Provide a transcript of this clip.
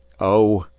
oh!